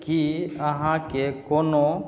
की अहाँके कोनो